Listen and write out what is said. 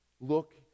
look